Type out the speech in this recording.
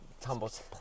Tumbles